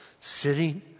sitting